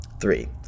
Three